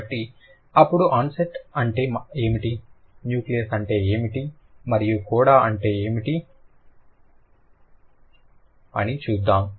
కాబట్టి ఇప్పుడు ఆన్సెట్ అంటే ఏమిటి న్యూక్లియస్ అంటే ఏమిటి మరియు కోడా అంటే ఏమిటి అని చూద్దాం